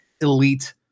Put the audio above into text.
elite